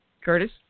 Curtis